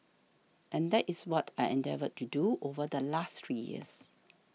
and that is what I endeavoured to do over the last three years